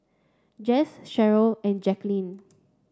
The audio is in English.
Jess Sheryll and Jacquelynn